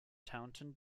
taunton